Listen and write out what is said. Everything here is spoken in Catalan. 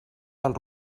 del